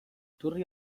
iturri